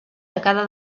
tacada